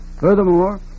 Furthermore